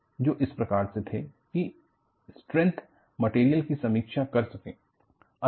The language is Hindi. जो इस प्रकार से थे कि स्ट्रेंथ मटेरियल की समीक्षा कर सकें यह अच्छा है यह बेहतर है कि हमारे पास इन समीकरणों की व्याख्या है